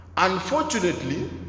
Unfortunately